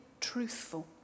truthful